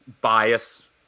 bias